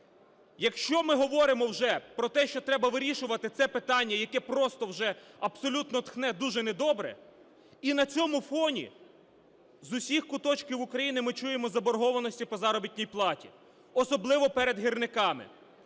Якщо ми говоримо вже про те, що треба вирішувати це питання, яке просто вже абсолютно тхне дуже недобре. І на цьому фоні з усіх куточків України ми чуємо про заборгованості про заробітній платі, особливо перед гірниками.